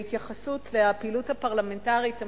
בהתייחסות לפעילות הפרלמנטרית,